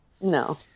No